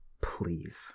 Please